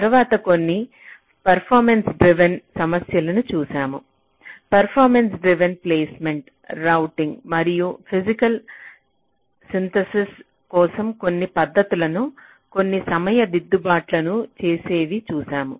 తరువాత కొన్ని performance driven సమస్యలను చూశాము పర్ఫామెన్స్ డ్రివెన్ ప్లేస్మెంట్ రౌటింగ్ మరియు ఫిజికల్ సిన్థసిస్ కోసం కొన్ని పద్ధతులను కొన్ని సమయ దిద్దుబాట్లను చేసేవి చూశాము